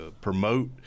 promote